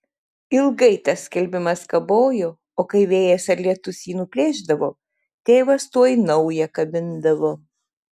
ilgai tas skelbimas kabojo o kai vėjas ar lietus jį nuplėšdavo tėvas tuoj naują kabindavo